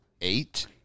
eight